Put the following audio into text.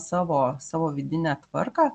savo savo vidinę tvarką